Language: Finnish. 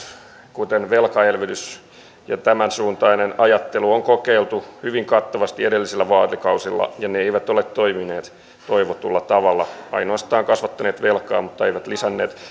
kuten velkaelvytys ja tämän suuntainen ajattelu on kokeiltu hyvin kattavasti edellisillä vaalikausilla ja ne eivät ole toimineet toivotulla tavalla ainoastaan kasvattaneet velkaa mutta eivät lisänneet